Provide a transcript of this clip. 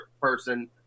person